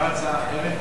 שלוש דקות,